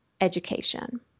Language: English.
education